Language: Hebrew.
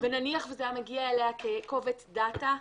ונניח שזה היה מגיע אליה כקובץ דאטה,